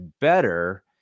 better